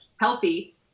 healthy